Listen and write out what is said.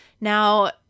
Now